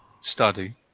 study